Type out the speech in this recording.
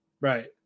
right